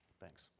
Thanks